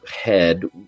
head